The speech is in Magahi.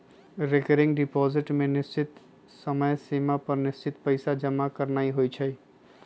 रिकरिंग डिपॉजिट में निश्चित समय सिमा पर निश्चित पइसा जमा करानाइ होइ छइ